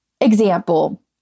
example